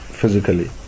physically